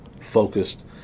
focused